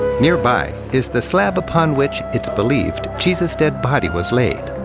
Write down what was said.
nearby is the slab upon which, it's believed, jesus' dead body was laid.